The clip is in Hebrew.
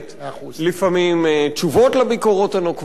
לפעמים תשובות לביקורות הנוקבות,